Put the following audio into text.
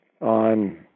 on